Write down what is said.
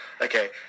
Okay